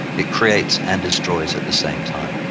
it creates and destroys at the same time.